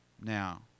Now